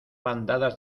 bandadas